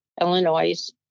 Illinois